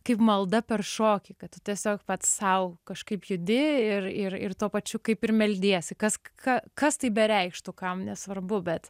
kaip malda per šokį kad tu tiesiog pats sau kažkaip judi ir ir ir tuo pačiu kaip ir meldiesi kas ka kas tai bereikštų kam nesvarbu bet